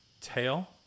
tail